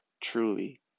truly